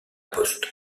poste